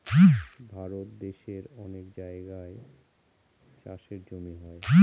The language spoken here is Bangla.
ভারত দেশের অনেক জায়গায় চাষের জমি হয়